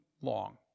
long